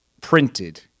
printed